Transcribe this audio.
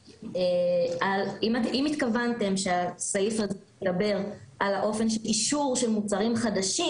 אם התכוונתם שהסעיף הזה ידבר על האופן של אישור מוצרים חדש,